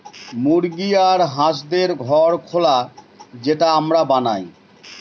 মুরগি আর হাঁসদের ঘর খোলা যেটা আমরা বানায়